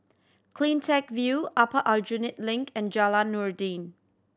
Cleantech View Upper Aljunied Link and Jalan Noordin